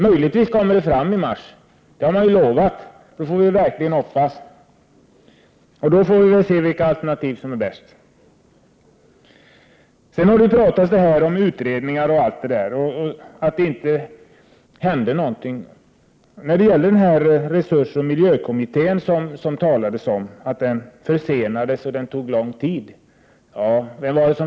Möjligtvis kommer det fram i mars. Det har man ju lovat, och det får vi verkligen hoppas. Då får vi väl se vilket alternativ som är bäst. Det har här sagts att det inte hände något med de utredningar som tillsattes under den borgerliga regeringsperioden. Det har sagts att resursoch miljökommittén försenades och tog lång tid.